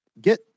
get